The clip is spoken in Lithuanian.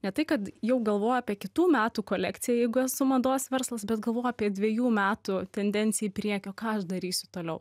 ne tai kad jau galvoji apie kitų metų kolekciją jeigu esu mados verslas bet galvoji apie dviejų metų tendenciją į priekį o ką aš darysiu toliau